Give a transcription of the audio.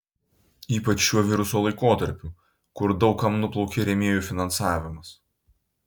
ypač šiuo viruso laikotarpiu kur daug kam nuplaukė rėmėjų finansavimas